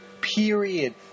period